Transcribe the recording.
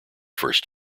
first